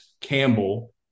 Campbell